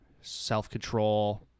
self-control